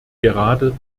gerade